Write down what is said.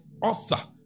author